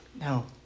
no